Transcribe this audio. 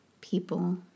people